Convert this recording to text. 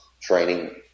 training